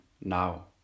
Now